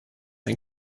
ein